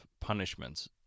punishments